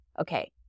Okay